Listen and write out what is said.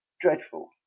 Dreadful